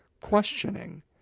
questioning